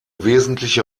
wesentliche